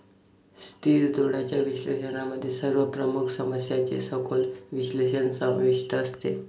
स्थिर डोळ्यांच्या विश्लेषणामध्ये सर्व प्रमुख समस्यांचे सखोल विश्लेषण समाविष्ट असते